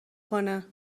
کنه